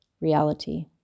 reality